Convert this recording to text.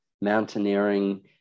mountaineering